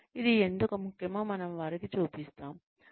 ఇది ఎందుకు ముఖ్యమో మనము వారికి చూపిస్తాము